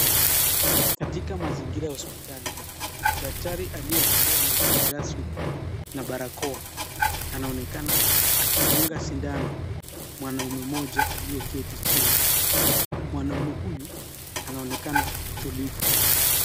Katika mazingira ya hosipitali, daktari aliyevalia mavazi rasmi na barakoa anaonekana akidunga sindano mwanaume mmoja aliyeketi chini. Mwanaume huyu anaonekana tulivu.